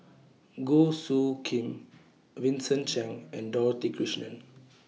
Goh Soo Khim Vincent Cheng and Dorothy Krishnan